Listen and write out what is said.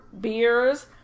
beers